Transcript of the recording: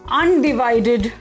undivided